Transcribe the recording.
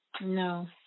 No